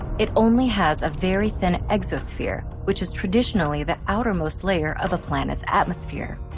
it only has a very thin exosphere, which is traditionally the outermost layer of a planet's atmosphere.